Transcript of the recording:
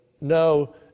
no